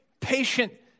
patient